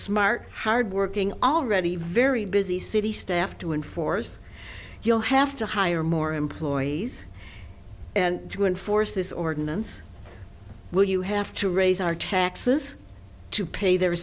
smart hard working already very busy city staff to enforce you'll have to hire more employees to enforce this ordinance will you have to raise our taxes to pay their